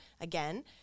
again